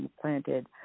planted